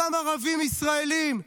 אותם ערבים ישראלים,